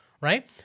Right